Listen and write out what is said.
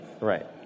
Right